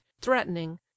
threatening